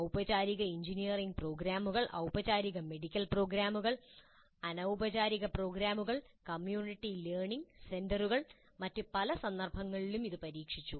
ഊപചാരിക engineering പ്രോഗ്രാമുകൾ ഊപചാരിക medical പ്രോഗ്രാമുകൾ അനൌപചാരിക പ്രോഗ്രാമുകൾ കമ്മ്യൂണിറ്റി ലേണിംഗ് സെന്ററുകൾ മറ്റ് പല സന്ദർഭങ്ങളിലും ഇത് പരീക്ഷിച്ചു